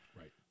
Right